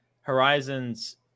Horizons